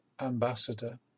ambassador